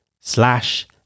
slash